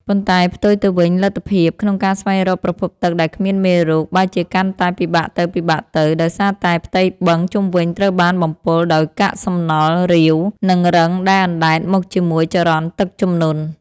ប៉ុន្តែផ្ទុយទៅវិញ លទ្ធភាពក្នុងការស្វែងរកប្រភពទឹកដែលគ្មានមេរោគ បែរជាកាន់តែពិបាកទៅៗ ដោយសារតែផ្ទៃបឹងជុំវិញត្រូវបានបំពុលដោយកាកសំណល់រាវ និងរឹងដែលអណ្តែតមកជាមួយចរន្តទឹកជំនន់។